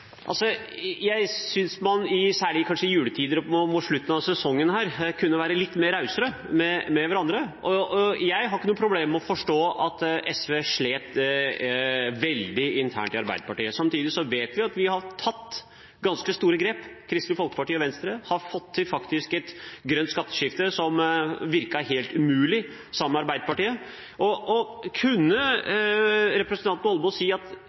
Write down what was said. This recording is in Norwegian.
mot slutten av sesjonen, kunne være litt mer raus med hverandre. Jeg har ikke noe problem med å forstå at SV sleit veldig med Arbeiderpartiet. Samtidig vet vi at vi har tatt ganske store grep. Kristelig Folkeparti og Venstre har faktisk fått til et grønt skatteskifte, som virket helt umulig sammen med Arbeiderpartiet. Kunne representanten Holmås si, sett med SVs øyne, at